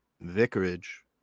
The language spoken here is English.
vicarage